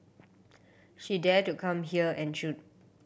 she dare to come here and shoot